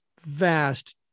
vast